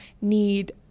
need